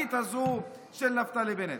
הגזענית הזו של נפתלי בנט.